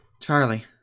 Charlie